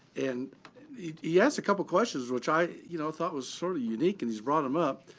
and he asked a couple of questions, which i you know thought was sort of unique and he's brought them up.